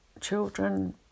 children